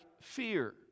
fear